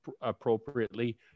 appropriately